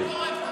כן,